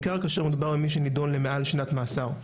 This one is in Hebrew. בעיקר כאשר מדובר במי שנידון למעל שנת מאסר.